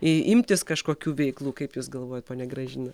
imtis kažkokių veiklų kaip jūs galvojat ponia gražina